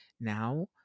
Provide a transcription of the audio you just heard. now